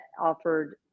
offered